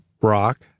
rock